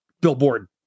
billboard